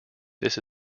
this